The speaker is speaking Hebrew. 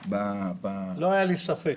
לא היה לי ספק.